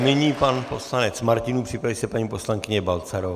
Nyní pan poslanec Martinů, připraví se paní poslankyně Balcarová.